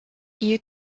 you